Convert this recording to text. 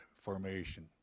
formation